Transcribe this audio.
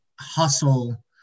hustle